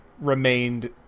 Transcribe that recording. remained